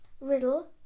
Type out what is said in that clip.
riddle